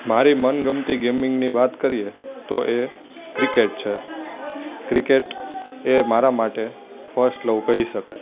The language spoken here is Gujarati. મારી મનગમતી ગેમિંગની વાત કરીએ તો એ ક્રિકેટ છે ક્રિકેટ એ મારા માટે ફર્સ્ટ લવ કહી શકાય